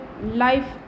life